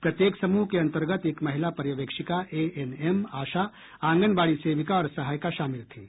प्रत्येक समूह के अंतर्गत एक महिला पर्यवेक्षिका एएनएम आशा आंगनबाड़ी सेविका और सहायिका शामिल थीं